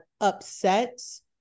upsets